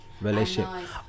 relationship